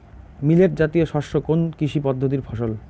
Millet জাতীয় শস্য কোন কৃষি পদ্ধতির ফসল?